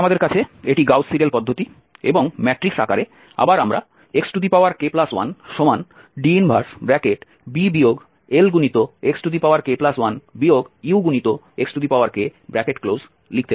সুতরাং আমাদের কাছে এটি গাউস সিডেল পদ্ধতি এবং ম্যাট্রিক্স আকারে আবার আমরা xk1D 1b Lxk1 Uxk লিখতে পারি